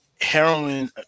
heroin